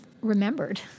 remembered